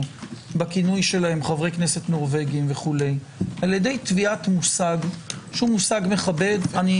בכינוי שלהם חברי כנסת נורבגיים וכו' על ידי טביעת מושג שהוא מכבד צריך,